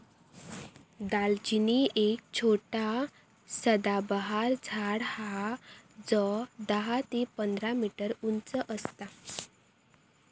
दालचिनी एक छोटा सदाबहार झाड हा जो दहा ते पंधरा मीटर उंच असता